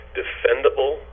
defendable